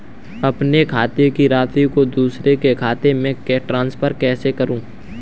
अपने खाते की राशि को दूसरे के खाते में ट्रांसफर कैसे करूँ?